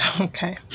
okay